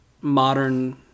modern